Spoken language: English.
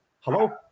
hello